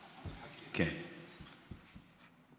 כן,